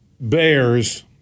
Bears